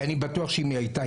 כי אני בטוח שאם היא הייתה,